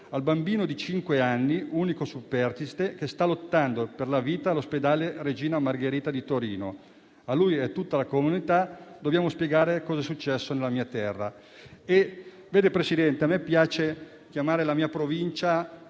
al bambino di cinque anni, unico superstite, che sta lottando per la vita all'ospedale Regina Margherita di Torino. A lui e a tutta la comunità dobbiamo spiegare cos'è successo nella mia terra.